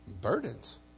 burdens